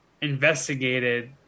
investigated